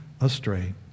astray